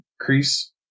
crease